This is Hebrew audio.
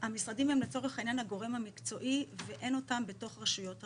המשרדים הם לצורך העניין הגורם המקצועי ואין אותם בתוך רשויות הרישוי.